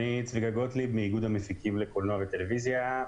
אני מאיגוד המפיקים לקולנוע וטלוויזיה.